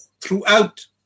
throughout